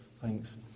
thanks